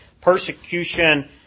persecution